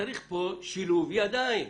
צריך כאן שילוב ידיים.